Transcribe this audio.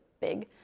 big